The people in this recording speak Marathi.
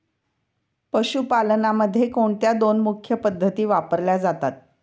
पशुपालनामध्ये कोणत्या दोन मुख्य पद्धती वापरल्या जातात?